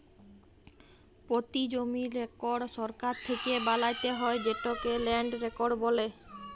পতি জমির রেকড় সরকার থ্যাকে বালাত্যে হয় যেটকে ল্যান্ড রেকড় বলে